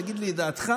תגיד לי את דעתך,